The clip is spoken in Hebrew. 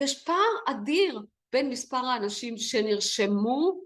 יש פער אדיר בין מספר האנשים שנרשמו,